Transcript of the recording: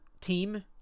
team